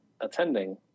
attending